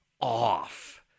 off